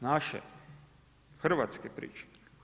Naše, hrvatske priče.